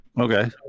Okay